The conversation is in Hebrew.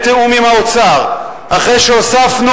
בתיאום עם האוצר: אחרי שהוספנו,